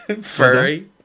Furry